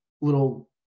little